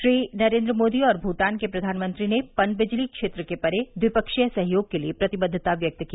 श्री नरेन्द्र मोदी और भूटान के प्रधानमंत्री ने पनबिजली क्षेत्र से परे ट्विपक्षीय सहयोग के लिए प्रतिबद्वता व्यक्त की